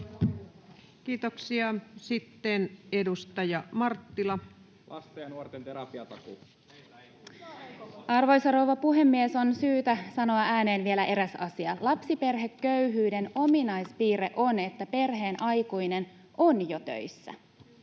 Kiitoksia. — Sitten edustaja Marttila. Arvoisa rouva puhemies! On syytä sanoa ääneen vielä eräs asia: lapsiperheköyhyyden ominaispiirre on, että perheen aikuinen on jo töissä, joskin